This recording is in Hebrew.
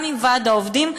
גם עם ועד העובדים,